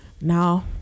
Now